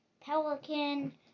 pelican